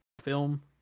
film